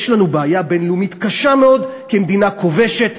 יש לנו בעיה בין-לאומית קשה מאוד כמדינה כובשת,